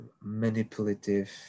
manipulative